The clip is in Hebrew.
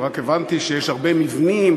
רק הבנתי שיש הרבה מבנים,